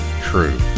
true